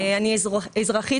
אני אזרחית